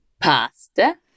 pasta